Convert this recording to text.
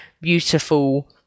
beautiful